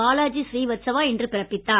Balaji Srivatsava இன்று பிறப்பித்தார்